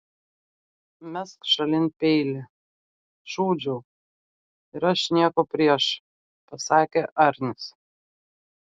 mesk šalin peilį šūdžiau ir aš nieko prieš pasakė arnis